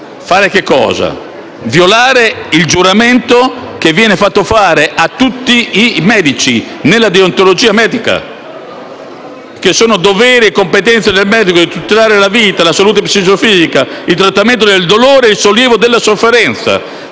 permessa, deve violare il giuramento che viene fatto fare a tutti i medici, nella deontologia medica? Sono doveri e competenze nel medico la tutela della vita e della salute psicofisica, il trattamento del dolore e il sollievo della sofferenza,